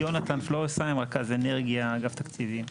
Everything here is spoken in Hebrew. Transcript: יונתן פלורסהיים, רכז אנרגיה, אגף תקציבים.